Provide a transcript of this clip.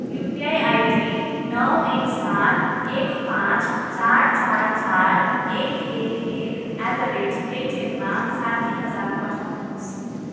UPI ID नौ एक सात एक पाँच चार चार चार एक एक एक एट द रेट पेटिएममा साठी हजार पठाउनुहोस्